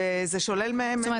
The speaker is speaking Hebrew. וזה שולל מהם --- זאת אומרת,